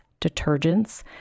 detergents